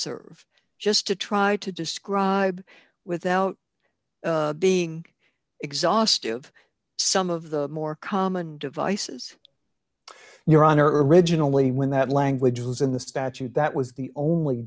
serve just to try to describe without being exhaustive some of the more common devices your honor originally when that language was in the statute that was the only